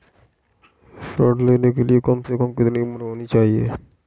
ऋण लेने के लिए कम से कम कितनी उम्र होनी चाहिए?